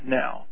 now